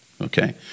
okay